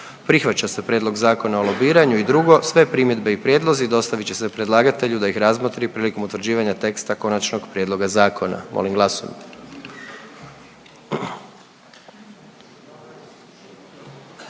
i područnoj (regionalnoj) samoupravi; i 2. Sve primjedbe i prijedlozi dostavit će se predlagatelju da ih razmotri prilikom utvrđivanja teksta konačnog prijedloga zakona. Molim glasujmo.